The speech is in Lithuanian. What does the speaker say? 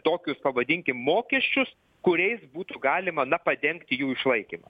tokius pavadinkim mokesčius kuriais būtų galima na padengti jų išlaikymą